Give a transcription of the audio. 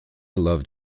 love